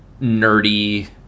nerdy